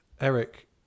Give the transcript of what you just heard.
Eric